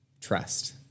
trust